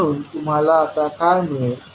म्हणून तुम्हाला आता काय मिळेल